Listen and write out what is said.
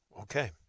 Okay